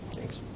Thanks